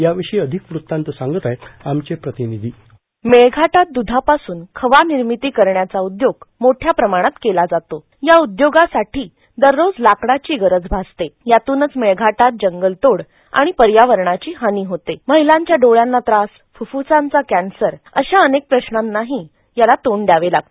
याविषयी अधिक वृत्तात सांगत आहेत आमचे प्रतिनिधी मेळघाटात द्धापासून खवा निर्मिती करण्याचा उद्योग मोठ्या प्रमाणावर केला जातो या उद्योगासाठी दररोज लाकडाची गरज भासते यातूनच मेळघाटात जंगलतोड आणि पर्यावरणाची हानी होते महिलांच्या डोळ्यांना त्रास फ्प्फ्सांचा कॅन्सर त्यातून निर्माण गावांमध्ये होणारी द्र्गधी अशा अनेक प्रश्नांना त्याम्ळे तोंड द्यावे लागते